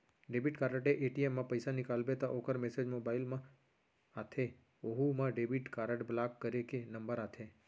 debit card ले ATM म पइसा निकालबे त ओकर मेसेज मोबाइल म आथे ओहू म डेबिट कारड ब्लाक करे के नंबर आथे